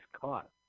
caught